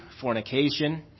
fornication